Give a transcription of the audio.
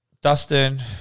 Dustin